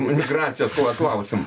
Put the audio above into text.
migracijos klausimu